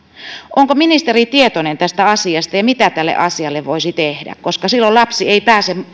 onko ministeri tietoinen tästä asiasta ja mitä tälle asialle voisi tehdä silloin lapsi ei pääse